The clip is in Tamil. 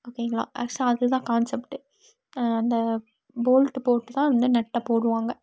ஓகேங்களா ஆக்ச்சுவலாக அதுதான் கான்செப்ட்டு அந்த போல்ட்டு போட்டு தான் வந்து நட்டை போடுவாங்க